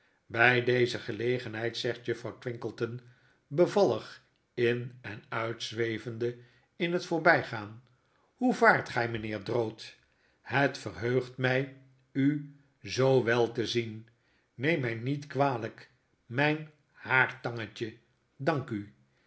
by deze gelegenheid zegt juffrouw twinkleton bevallig in en uitzwevende in het voorbijgaan hoe vaart gy mynheer drood het verheugt rny u zoo wel te zien neem my niet kwalijk mijn haartangetje dank u